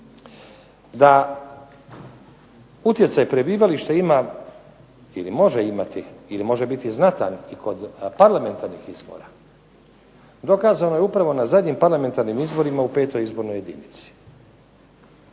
Da utjecaj prebivališta ima ili može imati ili može biti znatan i kod parlamentarnih izbora, dokazano je upravo na zadnjim parlamentarnim izborima u 5. izbornoj jedinici.